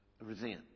resent